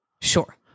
Sure